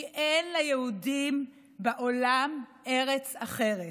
כי אין ליהודים בעולם ארץ אחרת.